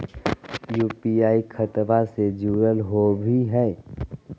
UPI खतबा से जुरल होवे हय?